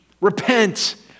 Repent